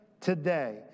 today